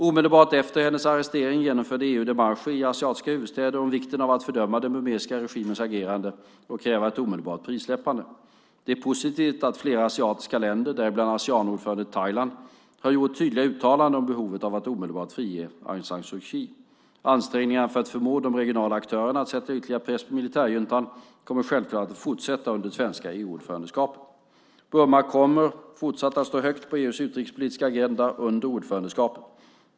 Omedelbart efter arresteringen av Aung San Suu Kyi genomförde EU demarcher i asiatiska huvudstäder om vikten av att fördöma den burmesiska regimens agerande och kräva ett omedelbart frisläppande. Det är positivt att flera asiatiska länder, däribland Aseanordföranden Thailand, har gjort tydliga uttalanden om behovet av att omedelbart frige Aung San Suu Kyi. Ansträngningarna för att förmå de regionala aktörerna att sätta ytterligare press på militärjuntan kommer självklart att fortsätta under det svenska EU-ordförandeskapet. Burma kommer fortsatt att stå högt upp på EU:s utrikespolitiska agenda under det svenska ordförandeskapet.